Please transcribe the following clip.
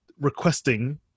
requesting